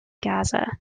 gaza